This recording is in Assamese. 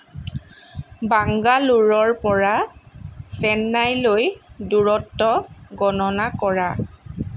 বাংগালোৰৰ পৰা চেন্নাইলৈ দূৰত্ব গণনা কৰা